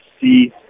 see